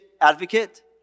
advocate